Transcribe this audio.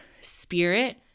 spirit